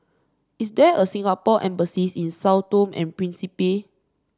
is there a Singapore Embassy in Sao Tome and Principe